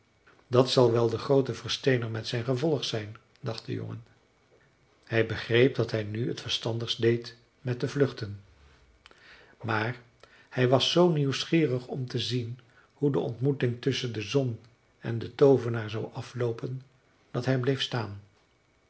dat zal wel de groote versteener met zijn gevolg zijn dacht de jongen hij begreep dat hij nu het verstandigst deed met te vluchten maar hij was zoo nieuwsgierig om te zien hoe de ontmoeting tusschen de zon en den toovenaar zou afloopen dat hij bleef staan